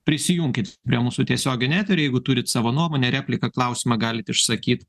prisijunkit prie mūsų tiesioginio eterio jeigu turit savo nuomonę repliką klausimą galit išsakyt